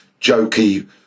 jokey